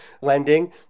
lending